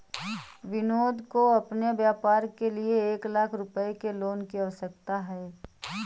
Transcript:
विनोद को अपने व्यापार के लिए एक लाख रूपए के लोन की आवश्यकता है